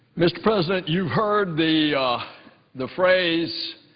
mr. president, you've heard the the phrase